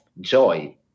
joy